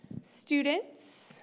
students